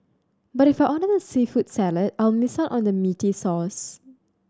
but if I order the seafood salad I'll miss out on the meaty sauce